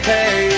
Hey